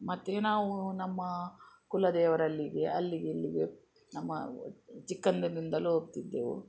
ಮತ್ತು ನಾವು ನಮ್ಮ ಕುಲದೇವರಲ್ಲಿಗೆ ಅಲ್ಲಿಗೆ ಇಲ್ಲಿಗೆ ನಮ್ಮ ಚಿಕ್ಕಂದಿನಿಂದಲೂ ಹೋಗ್ತಿದ್ದೆವು